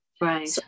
Right